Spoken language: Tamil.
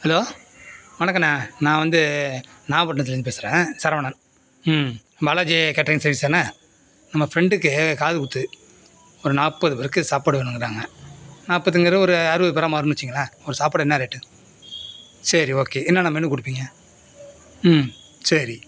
ஹலோ வணக்கண்ண நான் வந்து நாகபட்டிணத்தில் இருந்து பேசுகிறேன் சரவணன் ம் பாலாஜி கேட்ரிங் சர்விஸ் தானே நம்ம ஃபிரண்டுக்கு காது குத்து ஒரு நாற்பது பேருக்கு சாப்பாடு வேணுங்கிறாங்க நாற்பதுங்குறது ஒரு அறுபது பேராக மாறுன்னு வச்சுங்களேன் ஒரு சாப்பாடு என்ன ரேட்டு சரி ஓகே என்னன்ன மெனு கொடுப்பீங்க ம் சரி